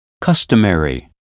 customary